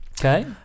Okay